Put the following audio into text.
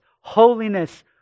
holiness